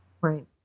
Right